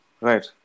Right